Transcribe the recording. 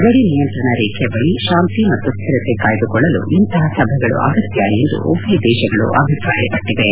ಗಡಿ ನಿಯಂತ್ರಣ ರೇಖೆ ಬಳಿ ಶಾಂತಿ ಮತ್ತು ಶ್ಲಿರತೆ ಕಾಯ್ಲಕೊಳ್ಳಲು ಇಂತಹ ಸಭೆಗಳು ಅಗತ್ಯ ಎಂದು ಉಭಯ ದೇಶಗಳು ಅಭಿಪ್ರಾಯಪಟ್ಟಿವೆ